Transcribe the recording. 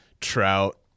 Trout